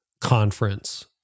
conference